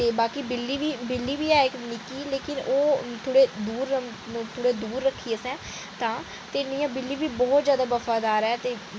बाकी बिल्ली बी ऐ इक लेकिन ओह् थोह्ड़े दूर रक्खी दी असें ते इ'यां बिल्ली बी बहुत जैदा बफादार ऐ